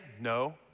No